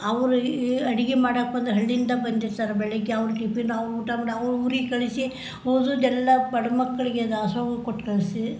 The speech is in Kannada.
ಅವರು ಈ ಅಡಿಗೆ ಮಾಡಕ್ಕೆ ಬಂದು ಹಳ್ಳಿಯಿಂದ ಬಂದಿರ್ತಾರೆ ಬೆಳಿಗ್ಗೆ ಅವ್ರು ಟಿಫಿನು ಅವ್ರು ಊಟ ಮಾಡಿ ಅವ್ರ ಊರಿಗೆ ಕಳಿಸಿ ಉಳ್ದಿದ್ದೆಲ್ಲ ಬಡಮಕ್ಕಳಿಗೆ ದಾಸೋಹಕ್ಕೆ ಕೊಟ್ಟು ಕಳಿಸಿ